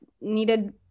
needed